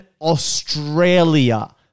Australia